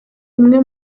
umwe